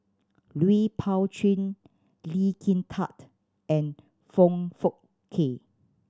Lui Pao Chuen Lee Kin Tat and Foong Fook Kay